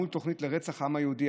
מול התוכנית לרצח העם היהודי,